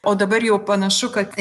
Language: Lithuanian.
o dabar jau panašu kad